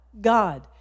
God